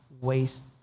waste